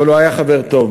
אבל הוא היה חבר טוב.